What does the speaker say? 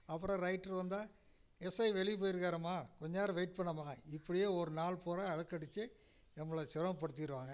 அப்புறம் ரைட்ரு வந்தால் எஸ்ஐ வெளியே போய்ருக்காரம்மா கொஞ்சம் நேரம் வெயிட் பண்ணும்மா இப்படியே ஒரு நாள் பூரா அலைக்கடிச்சு நம்மளை சிரமப்படுத்திடுவாங்க